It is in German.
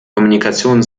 kommunikation